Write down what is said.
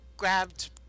grabbed